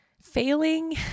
Failing